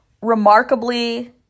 remarkably